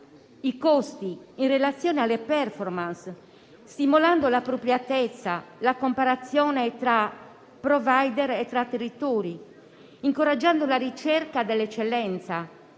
i costi in relazione alle *performance,* stimolando l'appropriatezza e la comparazione tra *provider* e territori, incoraggiando la ricerca dell'eccellenza,